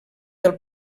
del